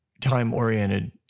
time-oriented